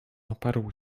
oparł